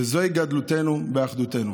וזוהי גדלותנו, באחדותנו.